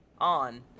on